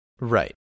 Right